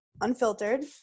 unfiltered